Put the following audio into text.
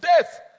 death